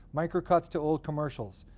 micro cuts to old commercials.